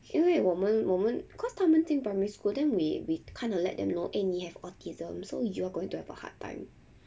因为我们我们 cause 他们进 primary school then we we kind of let them know eh 你 have autism so you all going to have a hard time